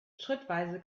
schrittweise